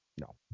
No